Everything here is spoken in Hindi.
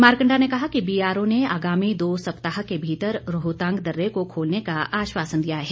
मारकंडा ने कहा कि बीआरओ ने आगामी दो सप्ताह के भीतर रोहतांग दर्रे को खोलने का आश्वासन दिया है